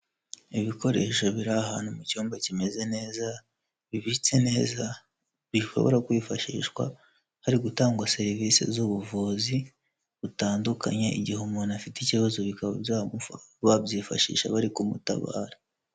Ibikoresho biri ahantu mu cyumba kimeze neza, bibitse neza, bishobora kwifashishwa hari gutangwa serivisi z'ubuvuzi butandukanye, igihe umuntu afite ikibazo bikaba babyifashisha bari kumutabara.